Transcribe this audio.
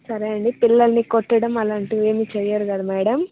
సరే అండీ పిల్లల్ని కొట్టడం అలాంటివేం చెయ్యరు కదా మ్యాడం